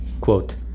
Quote